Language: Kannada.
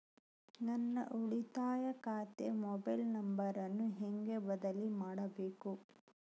ನನ್ನ ಉಳಿತಾಯ ಖಾತೆ ಮೊಬೈಲ್ ನಂಬರನ್ನು ಹೆಂಗ ಬದಲಿ ಮಾಡಬೇಕು?